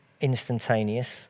instantaneous